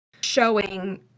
showing